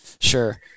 Sure